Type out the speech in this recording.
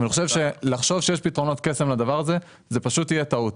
אבל אני חושב שלחשוב שיש פתרונות קסם לדבר הזה זה פשוט יהיה טעות.